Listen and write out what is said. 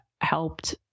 helped